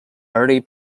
early